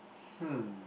hmm